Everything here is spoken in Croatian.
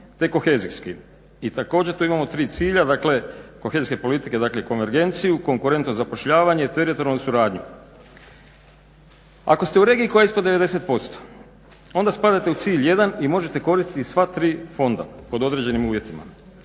te kohezijski, i također tu imamo 3 cilja dakle kohezijske politike, dakle konvergenciju, konkurentnost zapošljavanje i teritorijalnu suradnju. Ako ste u regiji koja je ispod 90% onda spadate u cilj 1 i možete koristiti sva 3 fonda pod određenim uvjetima.